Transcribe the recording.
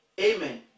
amen